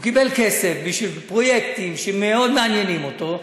הוא קיבל כסף בשביל פרויקטים שמאוד מעניינים אותו,